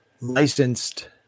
licensed